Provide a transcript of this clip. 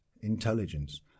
intelligence